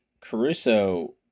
Caruso